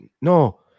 No